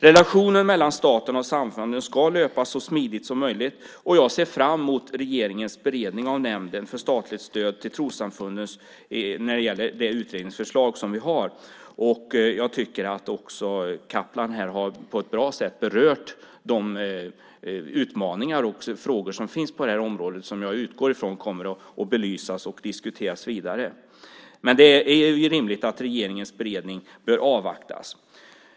Relationen mellan staten och samfunden ska löpa så smidigt som möjligt, och jag ser fram mot regeringens beredning av utredningsförslaget från Nämnden för statligt stöd till trossamfund. Jag tycker också att Mehmet Kaplan här på ett bra sätt har berört de utmaningar och frågor som finns på detta område, och jag utgår från att de kommer att belysas och diskuteras vidare. Men det är rimligt att regeringens beredning avvaktas.